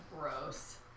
Gross